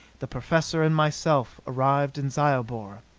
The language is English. the professor and myself arrived in zyobor.